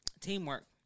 Teamwork